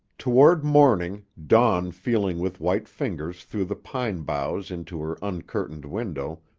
toward morning, dawn feeling with white fingers through the pine boughs into her uncurtained window,